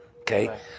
Okay